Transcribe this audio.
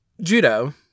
Judo